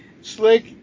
Slick